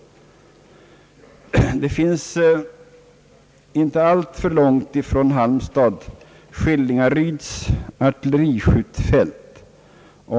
Inte alltför långt ifrån Halmstad ligger Skillingaryds artilleriskjutfält.